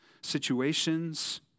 situations